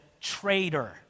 traitor